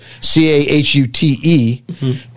C-A-H-U-T-E